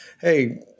Hey